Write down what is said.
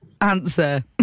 answer